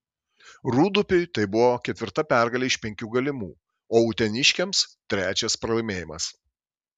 rūdupiui tai buvo ketvirta pergalė iš penkių galimų o uteniškiams trečias pralaimėjimas